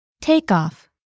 Takeoff